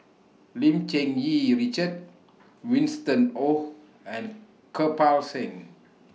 Lim Cherng Yih Richard Winston Oh and Kirpal Singh